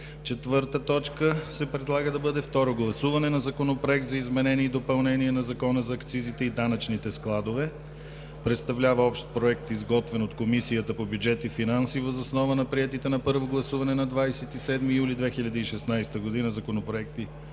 съвет на 15 декември 2016 г. 4. Второ гласуване на Законопроект за изменение и допълнение на Закона за акцизите и данъчните складове. Представлява общ проект, изготвен от Комисията по бюджет и финанси, въз основа на приетите на първо гласуване на 27 юли 2016 г. законопроекти